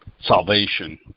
salvation